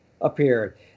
appeared